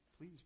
please